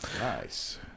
Nice